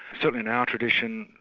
so in our tradition,